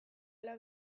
ala